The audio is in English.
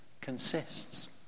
consists